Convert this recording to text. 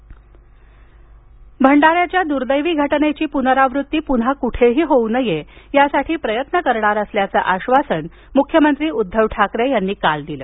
भंडारा म्ख्यमंत्री भंडाऱ्याच्या द्रदेवी घटनेची पुनरावृत्ती पुन्हा कुठेही होऊ नये यासाठी प्रयत्न करणार असल्याचं आश्वासन मुख्यमंत्री उद्धव ठाकरे यांनी काल दिलं